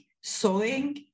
sewing